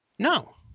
No